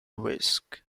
risk